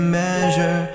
measure